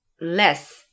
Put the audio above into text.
less